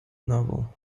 novel